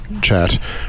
chat